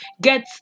get